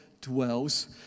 dwells